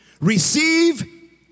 Receive